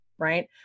right